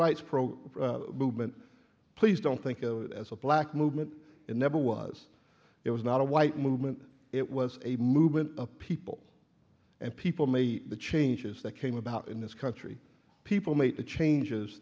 rights pro movement please don't think of it as a black movement and never was it was not a white movement it was a movement of people and people made the changes that came about in this country people made the changes